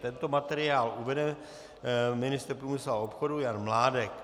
Tento materiál uvede ministr průmyslu a obchodu Jan Mládek.